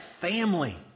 family